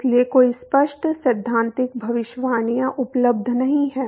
इसलिए कोई स्पष्ट सैद्धांतिक भविष्यवाणियां उपलब्ध नहीं हैं